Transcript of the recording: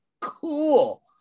cool